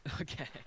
Okay